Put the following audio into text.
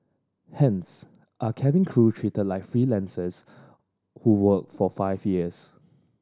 hence are cabin crew treated like freelancers who work for five years